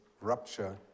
rupture